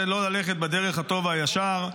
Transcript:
זה לא ללכת בדרך הטוב והישר,